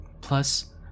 Plus